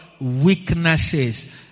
weaknesses